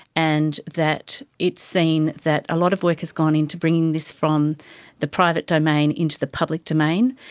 and that it's seen that a lot of work has going into bringing this from the private domain into the public domain,